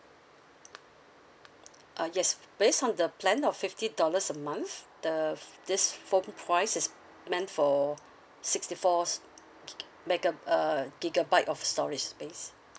uh yes based on the plan of fifty dollars a month the this four device is meant for sixty four mega~ uh gigabyte of storage space